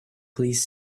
please